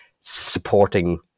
supporting